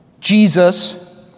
Jesus